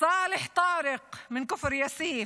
סאלח טארק מכפר יאסיף,